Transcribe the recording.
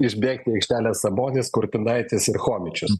išbėgt į aikštelę sabonis kurtinaitis ir chomičius